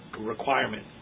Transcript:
requirement